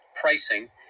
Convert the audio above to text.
pricing